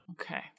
Okay